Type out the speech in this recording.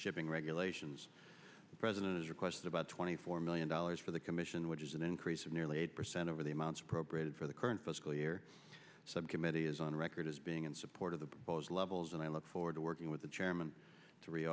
shipping regulations the president's request about twenty four million dollars for the commission which is an increase of nearly eight percent over the amounts appropriated for the current fiscal year subcommittee is on record as being in support of the proposed levels and i look forward to working with the chairman t